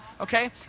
Okay